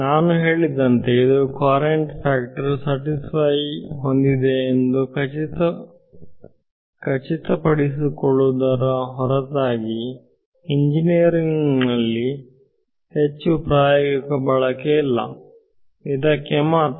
ನಾನು ಹೇಳಿದಂತೆ ಇದು ಕೊರಂಟ್ ಫ್ಯಾಕ್ಟರ್ ಸ್ಯಾಟಿಸ್ಫೈ ಹೊಂದಿದೆಯೆ ಎಂದು ಖಚಿತಪಡಿಸಿಕೊಳ್ಳುವುದರ ಹೊರತಾಗಿ ಎಂಜಿನಿಯರಿಂಗ್ನಲ್ಲಿ ಹೆಚ್ಚು ಪ್ರಾಯೋಗಿಕ ಬಳಕೆ ಇಲ್ಲ ಇದಕ್ಕೆ ಮಾತ್ರ